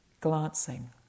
glancing